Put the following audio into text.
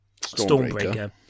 Stormbreaker